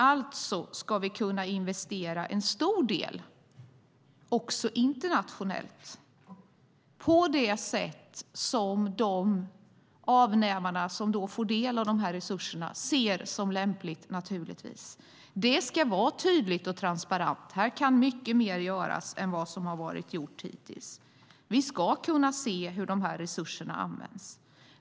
Alltså ska vi kunna investera en stor del också internationellt på det sätt som avnämarna ser som lämpligt. Det ska vara tydligt och transparent. Här ska mycket mer göras än vad som har gjorts hittills. Vi ska kunna se hur dessa resurser används.